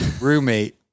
roommate